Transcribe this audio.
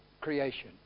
creation